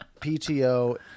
PTO